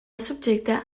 subjecta